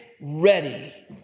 ready